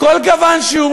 מכל גוון שהוא,